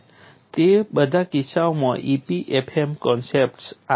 તે બધા કિસ્સાઓમાં EPFM કન્સેપ્ટ્સ આવશ્યક છે